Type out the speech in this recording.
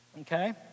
Okay